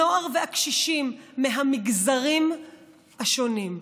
הנוער והקשישים מהמגזרים השונים.